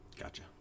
Gotcha